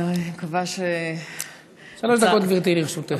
שלוש דקות, גברתי, לרשותך.